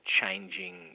changing